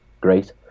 great